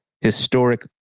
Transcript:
historic